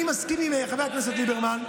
עניינית, אני מסכים עם חבר הכנסת ליברמן.